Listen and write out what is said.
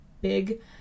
big